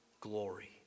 glory